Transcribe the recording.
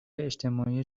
اجتماعی